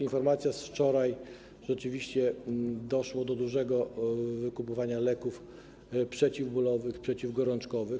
Informacja z wczoraj - rzeczywiście doszło do dużego wykupywania leków przeciwbólowych, przeciwgorączkowych.